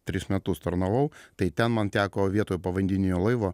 tris metus tarnavau tai ten man teko vietoj povandeninio laivo